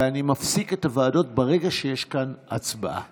ואני מפסיק את הוועדות ברגע שיש כאן הצבעה.